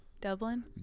Dublin